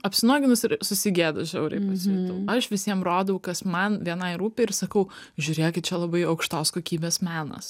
apsinuoginus ir susigėdus žiauriai pasijutau aš visiem rodau kas man vienai rūpi ir sakau žiūrėkit čia labai aukštos kokybės menas